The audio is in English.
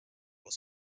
was